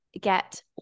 get